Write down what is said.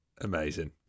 Amazing